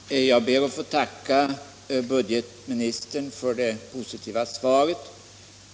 Herr talman! Jag ber att få tacka budgetministern för det positiva svaret.